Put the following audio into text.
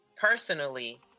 Personally